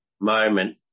moment